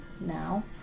now